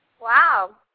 Wow